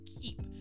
keep